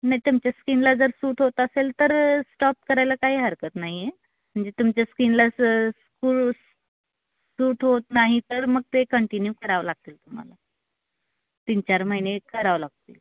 नाही तुमच्या स्कीनला जर सूट होत असेल तर स्टॉप करायला काही हरकत नाही आहे म्हणजे तुमच्या स्ककीनला स स्कू सूट होत नाही तर मग ते कंटिन्यू करावं लागतील तुम्हाला तीन चार महिने करावं लागतील